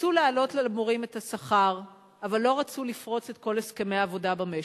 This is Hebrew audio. רצו להעלות למורים את השכר אבל לא רצו לפרוץ את כל הסכמי העבודה במשק.